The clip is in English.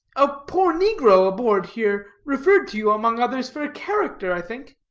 a poor negro aboard here referred to you, among others, for a character, i think.